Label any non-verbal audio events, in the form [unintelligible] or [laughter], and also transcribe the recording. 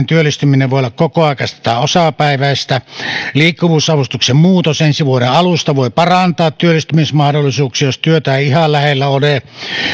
[unintelligible] työllistyminen voi olla kokoaikaista tai osapäiväistä liikkuvuusavustuksen muutos ensi vuoden alusta voi parantaa työllistymismahdollisuuksia jos työtä ei ihan lähellä ole